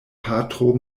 patro